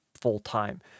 full-time